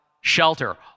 shelter